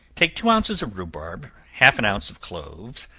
take two ounces of rhubarb, half an ounce of cloves,